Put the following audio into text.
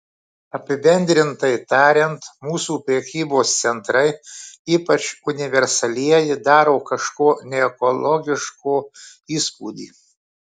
apibendrintai tariant mūsų prekybos centrai ypač universalieji daro kažko neekologiško įspūdį